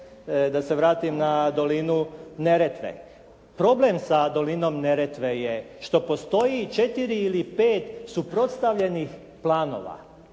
da se vratim na dolinu Neretve. Problem sa dolinom Neretve je što postoji 4 ili 5 suprotstavljenih planova.